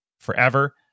forever